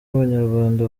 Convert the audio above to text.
abanyarwanda